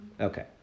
Okay